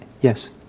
Yes